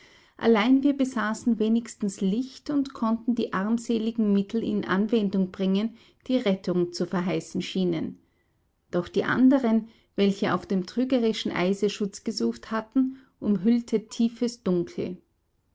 allein wir besaßen wenigstens licht und konnten die armseligen mittel in anwendung bringen die rettung zu verheißen schienen doch die anderen welche auf dem trügerischen eise schutz gesucht hatten umhüllte tiefes dunkel